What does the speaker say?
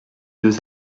deux